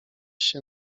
się